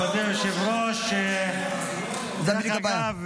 מכובדי היושב-ראש, זאת בדיוק הבעיה.